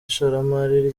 ishoramari